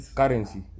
currency